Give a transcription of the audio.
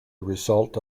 result